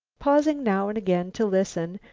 pausing now and again to listen,